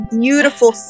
beautiful